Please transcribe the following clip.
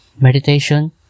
meditation